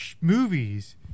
movies